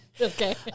Okay